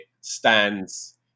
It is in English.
stands